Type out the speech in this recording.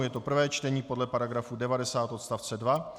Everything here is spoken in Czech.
Je to prvé čtení podle § 90 odst. 2.